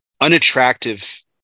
unattractive